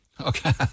Okay